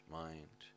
mind